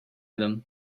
them